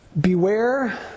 Beware